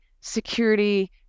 security